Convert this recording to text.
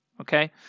okay